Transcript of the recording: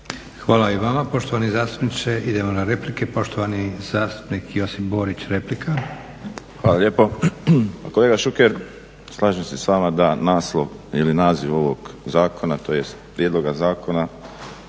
Hvala i vama poštovani zastupniče. Idemo na replike. Poštovani zastupnik Josip Borić, replika. **Borić, Josip (HDZ)** Hvala lijepo. Pa kolega Šuker slažem se s vama da naslov ili naziv ovog zakona tj. prijedloga zakona